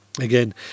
Again